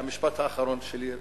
המשפט האחרון שלי,